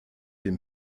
dem